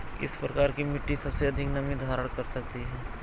किस प्रकार की मिट्टी सबसे अधिक नमी धारण कर सकती है?